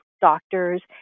doctors